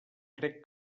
crec